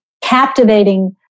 captivating